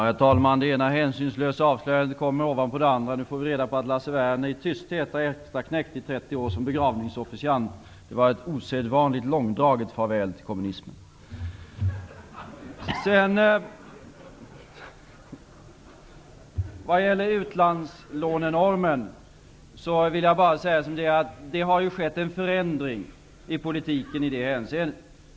Herr talman! Det ena hänsynslösa avslöjandet kommer ovanpå det andra. Nu får vi reda på att Lasse Werner i tysthet har extraknäckt i 30 år som begravningsofficiant. Det var ett ovanligt långdraget farväl till kommunismen. Vad gäller utlandslånenormen vill jag bara säga att det har skett en förändring i politiken i det hänseendet.